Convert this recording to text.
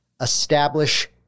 establish